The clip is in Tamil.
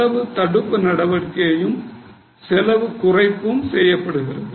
செலவு தடுப்பு நடவடிக்கையும் செலவு குறைப்பும் செய்யப்படுகிறது